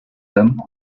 them